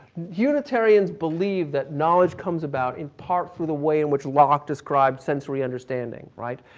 unitarians believe that knowledge comes about in part through the way in which lock describes sensory understanding. right.